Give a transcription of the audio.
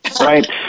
right